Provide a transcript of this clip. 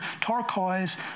turquoise